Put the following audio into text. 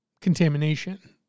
contamination